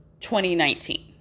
2019